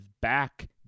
back